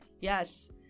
Yes